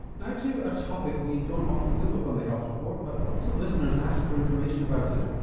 you know to a topic we don't often deal with on the health report, but lots of listeners ask for information about it.